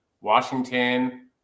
Washington